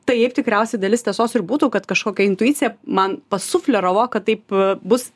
taip tikriausia dalis tiesos ir būtų kad kažkokia intuicija man pasufleravo kad taip bus